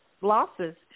losses